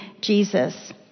Jesus